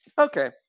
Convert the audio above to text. Okay